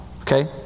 Okay